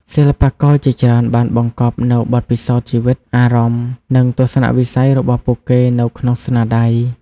សិល្បករជាច្រើនបានបង្កប់នូវបទពិសោធន៍ជីវិត អារម្មណ៍ និងទស្សនៈវិស័យរបស់ពួកគេនៅក្នុងស្នាដៃ។